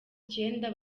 icyenda